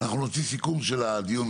אנחנו נוציא סיכום של הדיון,